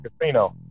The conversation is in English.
Casino